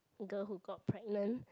girl who got pregnant